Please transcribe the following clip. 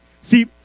See